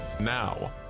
Now